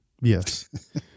Yes